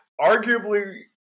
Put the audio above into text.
Arguably